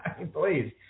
Please